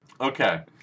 Okay